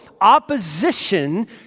opposition